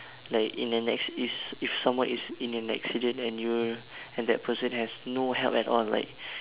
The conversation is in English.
like in an acc~ is if someone is in an accident and you're and that person has no help at all like